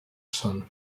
son